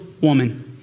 woman